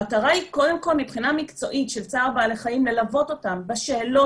המטרה היא קודם כל מבחינה מקצועית של צער בעלי חיים ללוות אותם בשאלות,